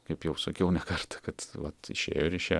kaip jau sakiau ne kartą kad vat išėjo ir išėjo